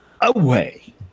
away